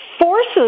forces